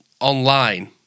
online